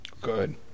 Good